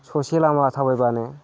ससे लामा थाबायब्लानो